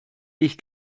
ich